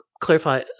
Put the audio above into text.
clarify